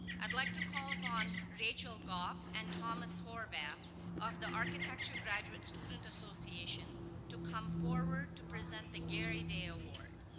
i'd like to call upon rachael goff and thomas horvath of the architecture graduate student association to come forward to present the gary day award.